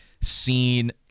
seen